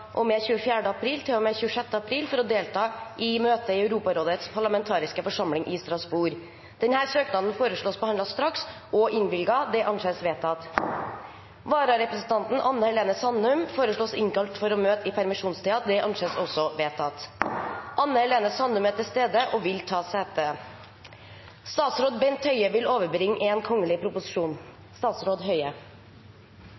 og med 24. april til og med 26. april for å delta i møte i Europarådets parlamentarikerforsamling i Strasbourg. Etter forslag fra presidenten ble enstemmig besluttet: Søknaden behandles straks og innvilges. Vararepresentanten Anne Helene Sandum innkalles for å møte i permisjonstiden. Anne Helene Sandum er til stede og vil ta sete. Representanten Lars Haltbrekken vil